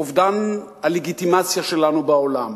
אובדן הלגיטימציה שלנו בעולם,